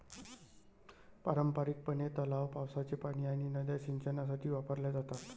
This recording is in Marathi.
पारंपारिकपणे, तलाव, पावसाचे पाणी आणि नद्या सिंचनासाठी वापरल्या जातात